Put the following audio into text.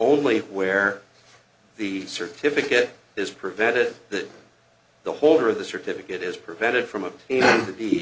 only where the certificate is prevented that the holder of the certificate is prevented from of the deed